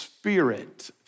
spirit